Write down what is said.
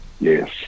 yes